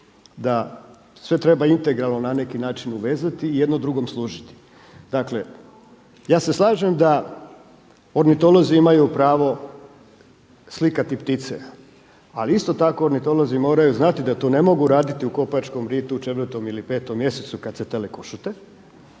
da sve treba integralno na neki način uvezati i jedno drugom služiti. Dakle, ja se slažem da ornitolozi imaju pravo slikati ptice, ali isto tako ornitolozi moraju znati da to ne mogu raditi u Kopačkom ritu u 4. ili 5. mjesecu kada se tele košute